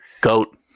Goat